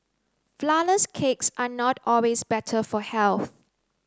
flourless cakes are not always better for health